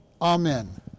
Amen